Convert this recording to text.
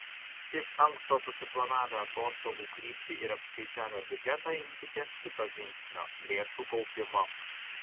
iš anksto susiplanavę atostogų kryptį ir apskaičiavę biudžetą imkitės kito žingsnio lėšų kaupimo